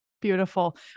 Beautiful